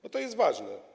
Bo to jest ważne.